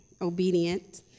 obedient